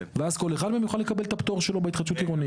ואז כל אחד מהם יוכל לקבל את הפטור שלו בהתחדשות עירונית.